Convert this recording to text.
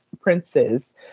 princes